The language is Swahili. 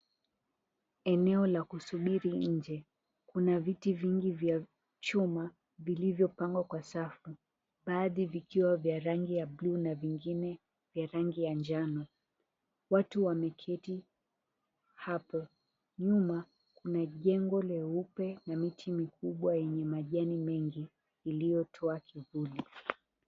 Eneo la kusubiri nje, kuna viti vingi vya chuma vilivyopangwa kwa safu. Baadhi vikiwa vya rangi ya bluu na vingine vya rangi ya njano. Watu wameketi hapo. Nyuma kuna jengo leupe na miti mikubwa yenye majani mengi iliyotwaa kivuli.